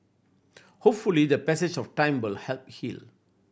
hopefully the passage of time will help heal